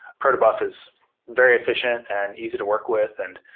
protobuf is very efficient and easy to work with. and